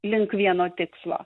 link vieno tikslo